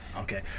Okay